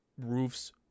roofs